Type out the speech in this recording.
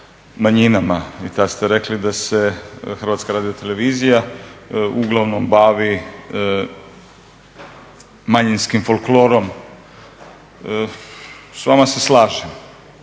I tad ste rekli da se Hrvatska radiotelevizija uglavnom bavi manjinskim folklorom. S vama se slažem,